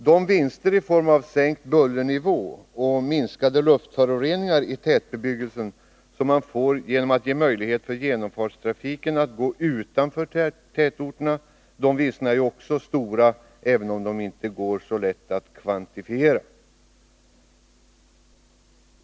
De vinster i form av sänkt bullernivå och minskade luftföroreningar i tätbebyggelse som man får genom att ge möjlighet för genomfartstrafiken att gå utanför tätorterna är också stora, även om det inte är så lätt att kvantifiera dem.